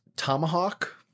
tomahawk